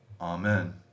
Amen